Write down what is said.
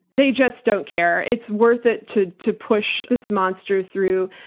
they just don't care. it's worth it to to push this monster through,